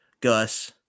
Gus